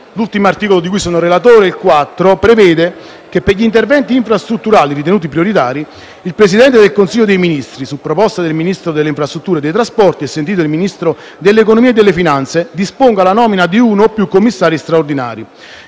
L'ultimo articolo di cui sono relatore, il 4, prevede che, per gli interventi infrastrutturali ritenuti prioritari, il Presidente del Consiglio dei ministri, su proposta del Ministro delle infrastrutture e dei trasporti, e sentito il Ministro dell'economia e delle finanze, disponga la nomina di uno o più commissari straordinari.